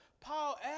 Paul